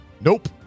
Nope